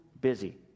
busy